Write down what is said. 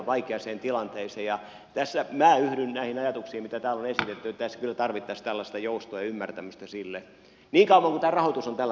tässä minä yhdyn näihin ajatuksiin mitä täällä on esitetty että tässä kyllä tarvittaisiin tällaista joustoa ja ymmärtämystä sille niin kauan kuin tämä rahoitus on tällä pohjalla